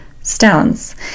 Stones